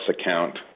account